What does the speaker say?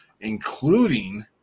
including